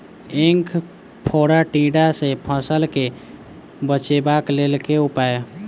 ऐंख फोड़ा टिड्डा सँ फसल केँ बचेबाक लेल केँ उपाय?